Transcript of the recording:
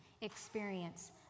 experience